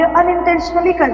unintentionally